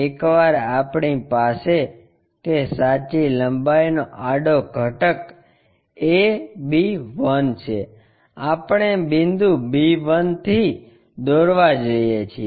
એકવાર આપણી પાસે કે સાચી લંબાઈનો આડો ઘટક a b 1 છે આપણે બિંદુ b1 થી દોરવા જઇએ છીએ